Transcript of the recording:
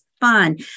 fun